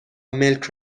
ملک